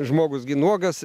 žmogus gi nuogas